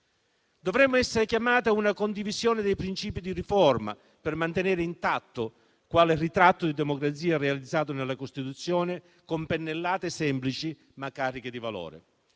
Dovremmo essere chiamati a una condivisione dei princìpi di riforma per mantenere intatto quel ritratto di democrazia realizzato nella Costituzione con pennellate semplici ma cariche di valore,